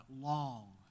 long